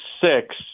six